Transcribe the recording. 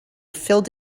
filled